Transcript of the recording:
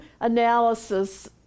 analysis